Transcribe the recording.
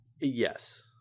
Yes